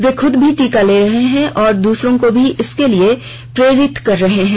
वे खुद भी टीका ले रहे हैं और दूसरों को भी इसके लिए प्रेरित कर रहे हैं